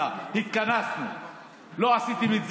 הערבי או אלימות במדינת ישראל או השתלטות,